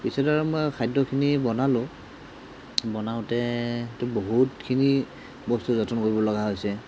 পিছত আৰু মই আৰু খাদ্যখিনি বনালোঁ বনাওঁতেতো বহুতখিনি বস্তু যতন কৰিব লগা হৈছে